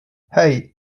hej